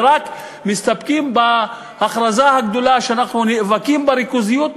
ורק מסתפקים בהכרזה הגדולה שאנחנו נאבקים בריכוזיות,